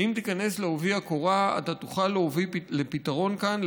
אתה תוכל להוביל לפתרון כאן,